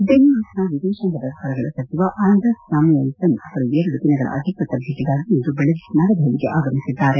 ಡೆನ್ಮಾರ್ಕ್ನ ವಿದೇಶಾಂಗ ವ್ಯವಹಾರಗಳ ಸಚಿವ ಆಂಡ್ರೆಸ್ ಸ್ಯಾಮ್ಯುಯೆಲ್ಸನ್ ಅವರು ಎರಡು ದಿನಗಳ ಅಧಿಕೃತ ಭೇಟಿಗಾಗಿ ಇಂದು ಬೆಳಿಗ್ಗೆ ನವದೆಹಲಿಗೆ ಆಗಮಿಸಿದ್ದಾರೆ